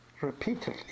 repeatedly